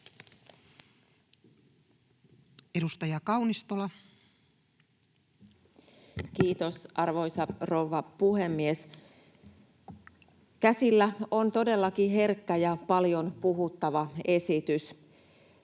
20:05 Content: Kiitos, arvoisa rouva puhemies! Käsillä on todellakin herkkä ja paljon puhuttava esitys.